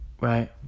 Right